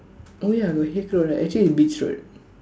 oh ya got Haig Road right actually is Beach Road